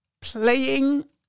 playing